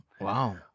Wow